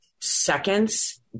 seconds